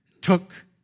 took